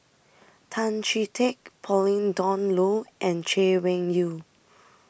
Tan Chee Teck Pauline Dawn Loh and Chay Weng Yew